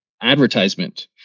advertisement